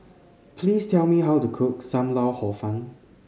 please tell me how to cook Sam Lau Hor Fun